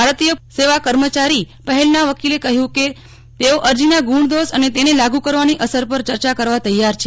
ભારતીય પૂર્વ સેવા કર્મચારી પહેલના વકીલે કહ્યું છે કે તેઓ અરજીના ગુણ દોષ તથા તેને લાગુ કરવાની અસર પર ચર્ચા કરવા તૈયાર છે